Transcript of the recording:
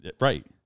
Right